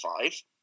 five